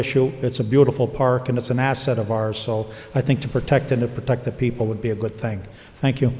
issue it's a beautiful park and it's an asset of ours so i think to protect and to protect the people would be a good thing